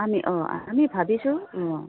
আমি অঁ আমি ভাবিছোঁ অঁ